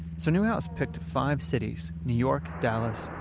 so neuhaus picked five cities new york, dallas,